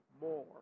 more